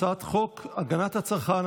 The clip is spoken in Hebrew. הצעת חוק הגנת הצרכן,